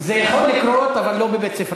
זה יכול לקרות, אבל לא בבית-ספרנו.